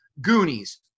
Goonies